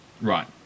Right